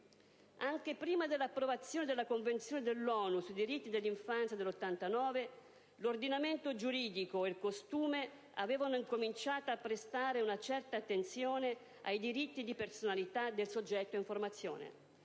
«Anche prima dell'approvazione della Convenzione dell'ONU sui diritti dell'infanzia del 1989 l'ordinamento giuridico, e il costume, avevano incominciato a prestare una certa attenzione ai diritti di personalità del soggetto in formazione;